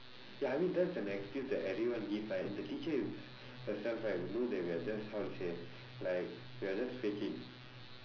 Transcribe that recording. ya I mean that's an excuse that everyone give right and the teacher hims~ herself right will know that we are just how to say like we are just faking